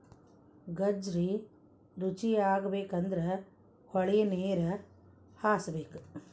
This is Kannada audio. ಗಜ್ರಿ ರುಚಿಯಾಗಬೇಕಂದ್ರ ಹೊಳಿನೇರ ಹಾಸಬೇಕ